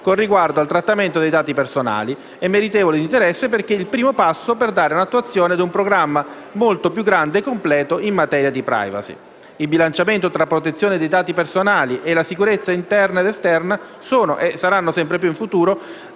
con riguardo al trattamento dei dati personali, è meritevole di interesse perché è il primo passo per dare attuazione a un programma molto più grande e completo in materia di *privacy*. Il bilanciamento tra protezione dei dati personali e sicurezza interna ed esterna sono - e saranno - sempre più nelle